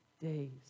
days